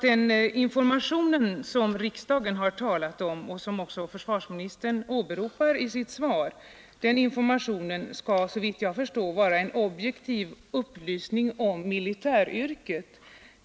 Den information som riksdagen har talat om och som också försvarsministern åberopar i sitt svar skall vara en objektiv upplysning om militäryrket.